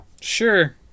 Sure